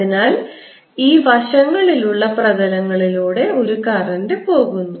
അതിനാൽ ഈ വശങ്ങളിലുള്ള പ്രതലങ്ങളിലൂടെ ഒരു കറന്റ് പോകുന്നു